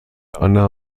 anna